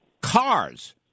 cars